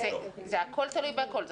הכול תלוי בכול.